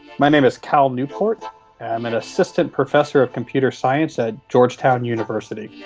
my name is cal newport, i'm an assistant professor of computer science at georgetown university. yeah